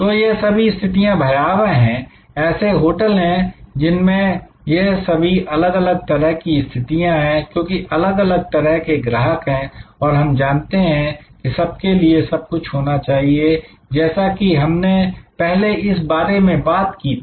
तो यह सभी स्थितियां भयावह हैं ऐसे होटल हैं जिनमें यह सभी अलग अलग तरह की स्थितियां हैं क्योंकि अलग अलग तरह के ग्राहक हैं और हम जानते हैं कि सबके लिए सब कुछ होना चाहिए जैसा कि हमने पहले इस बारे में बात की थी